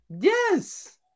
Yes